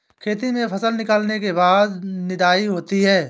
खेती में फसल निकलने के बाद निदाई होती हैं?